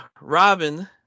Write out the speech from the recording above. Robin